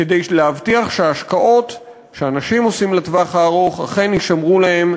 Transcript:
כדי להבטיח שהשקעות שאנשים עושים לטווח הארוך אכן יישמרו להם,